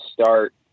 start